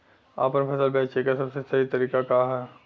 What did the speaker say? आपन फसल बेचे क सबसे सही तरीका का ह?